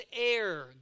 air